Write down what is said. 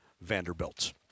Vanderbilt